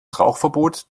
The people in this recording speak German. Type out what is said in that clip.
rauchverbot